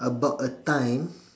about a time